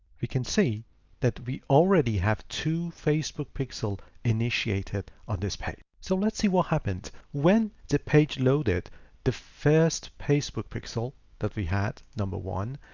we can see that we already have two facebook pixel initiated on this page. so let's see what happened when the page loaded the first facebook pixel that we had number one,